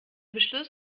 beschluss